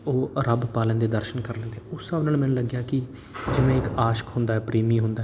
ਉਹ ਰੱਬ ਪਾ ਲੈਂਦੇ ਦਰਸ਼ਨ ਕਰ ਲੈਂਦੇ ਉਸ ਹਿਸਾਬ ਨਾਲ ਮੈਨੂੰ ਲੱਗਿਆ ਕਿ ਜਿਵੇਂ ਇੱਕ ਆਸ਼ਕ ਹੁੰਦਾ ਹੈ ਪ੍ਰੇਮੀ ਹੁੰਦਾ